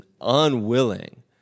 unwilling